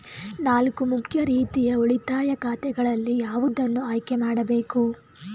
ನಾಲ್ಕು ಮುಖ್ಯ ರೀತಿಯ ಉಳಿತಾಯ ಖಾತೆಗಳಲ್ಲಿ ಯಾವುದನ್ನು ಆಯ್ಕೆ ಮಾಡಬೇಕು?